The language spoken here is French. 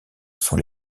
sont